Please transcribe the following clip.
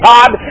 God